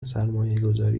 سرمایهگذاری